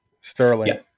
Sterling